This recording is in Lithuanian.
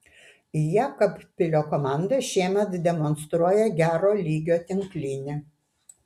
jekabpilio komanda šiemet demonstruoja gero lygio tinklinį